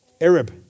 Arab